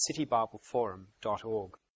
citybibleforum.org